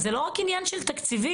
כן.